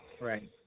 Right